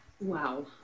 Wow